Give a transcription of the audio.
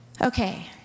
Okay